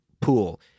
pool